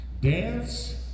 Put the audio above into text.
Dance